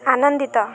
ଆନନ୍ଦିତ